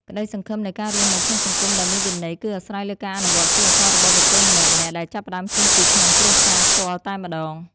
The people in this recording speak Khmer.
ក្តីសង្ឃឹមនៃការរស់នៅក្នុងសង្គមដែលមានវិន័យគឺអាស្រ័យលើការអនុវត្តសីលធម៌របស់បុគ្គលម្នាក់ៗដែលចាប់ផ្តើមចេញពីក្នុងគ្រួសារផ្ទាល់តែម្តង។